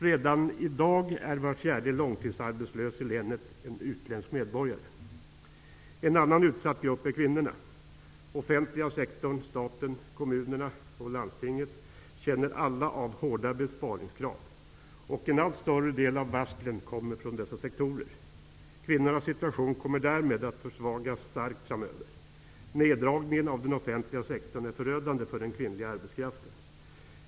Redan i dag är var fjärde långtidsarbetslös i länet utländsk medborgare. En annan utsatt grupp utgörs av kvinnorna. Den offentliga sektorn, staten, kommunerna och landstinget känner alla av hårda besparingskrav. En allt större del av varslen kommer från dessa sektorer. Kvinnornas situation kommer därmed att försvagas kraftigt framöver. Neddragningen av den offentliga sektorn är förödande för den kvinnliga arbetskraften.